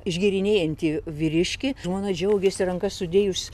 išgėrinėjantį vyriškį žmona džiaugiasi rankas sudėjus